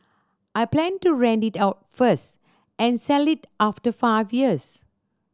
I plan to rent it out first and sell it after five years